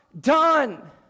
done